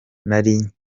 ari